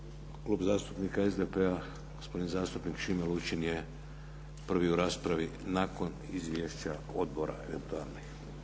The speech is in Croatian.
Klub zastupnika SDP-a gospodin zastupnik Šime Luči je prvi u raspravi nakon izvješća odbora eventualni.